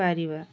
ପାରିବା